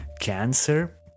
cancer